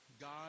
God